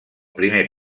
primer